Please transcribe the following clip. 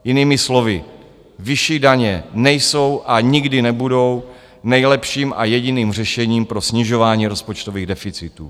Jinými slovy, vyšší daně nejsou a nikdy nebudou nejlepším a jediným řešením pro snižování rozpočtových deficitů.